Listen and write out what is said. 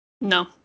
No